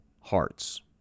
hearts